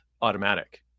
automatic